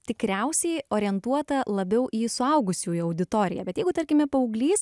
tikriausiai orientuota labiau į suaugusiųjų auditoriją bet jeigu tarkime paauglys